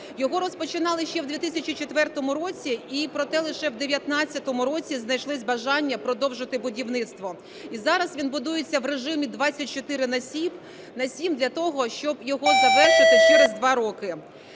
Його розпочинали ще в 2004 році і проте лише в 2019 році знайшлося бажання продовжити будівництво. І зараз він будується в режимі 24/7 для того, щоб його завершити через два роки.